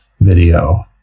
video